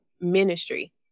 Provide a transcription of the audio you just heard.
ministry